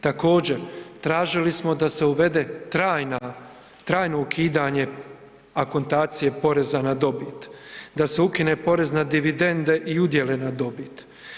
Također, tražili smo da se uvede trajna, trajno ukidanje akontacije poreza na dobit, da se ukine porez na dividende i udjele na dobit.